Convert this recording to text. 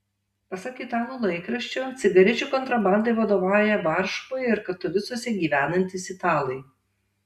pasak italų laikraščio cigarečių kontrabandai vadovauja varšuvoje ir katovicuose gyvenantys italai